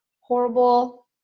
horrible